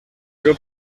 teu